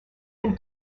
been